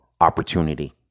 opportunity